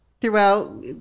throughout